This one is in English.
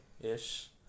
ish